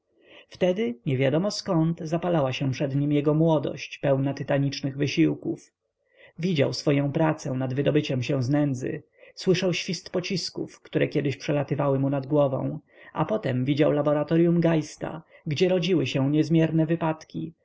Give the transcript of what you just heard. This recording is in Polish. wtedy niewiadomo zkąd zapalała się przed nim jego młodość pełna tytanicznych wysiłków widział swoję pracę nad wydobyciem się z nędzy słyszał świst pocisków które kiedyś przelatywały mu nad głową a potem widział laboratoryum geista gdzie rodziły się niezmierne wypadki